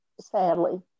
sadly